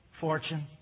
fortune